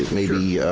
maybe,